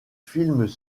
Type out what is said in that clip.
films